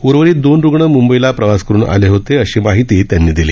उर्वरित दोन रुग्ण मुंबईला प्रवास करून आले होते अशी माहिती त्यांनी दिली